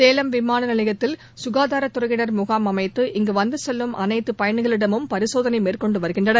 சேலம் விமான நிலையத்தில் சுகாதாரத் துறையினா் முகாம் அமைத்து இங்கு வந்துசெல்லும் அனைத்து பயணிகளிடமும் பரிசோதனை மேற்கொண்டு வருகின்றனர்